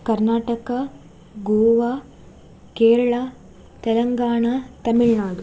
Karnataka Goa Kerala Telangana Tamil Nadu